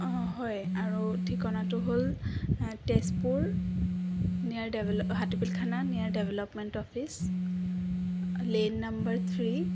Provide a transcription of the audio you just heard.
হয় আৰু ঠিকনাটো হ'ল তেজপুৰ নিয়েৰ ডেভেলপ হাতিপোল থানা near development office lane number three